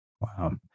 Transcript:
Wow